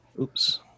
Oops